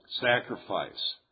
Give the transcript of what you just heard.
sacrifice